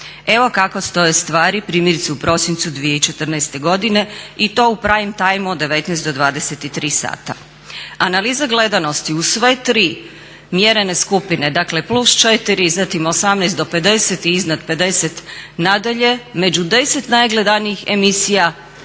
evo kako stoje stvari primjerice u prosincu 2014. godine i to u prime timeu od 19 do 23 sata. Analiza gledanosti u sve tri mjerene skupine, dakle plus 4, zatim 18 do 50 i iznad 50 nadalje među deset najgledanijih emisija